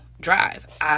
drive